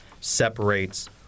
separates